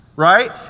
Right